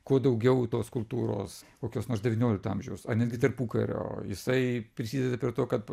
kuo daugiau tos kultūros kokios nors devyniolikto amžiaus ar netgi tarpukario jisai prisideda prie to kad